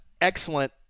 excellent